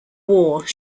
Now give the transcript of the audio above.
war